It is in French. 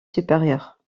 supérieure